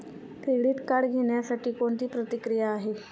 Credit card घेण्यासाठी कोणती प्रक्रिया आहे?